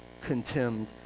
contemned